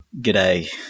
G'day